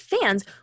fans